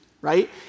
Right